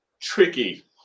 Tricky